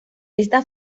esta